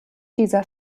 dieser